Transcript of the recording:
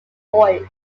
voice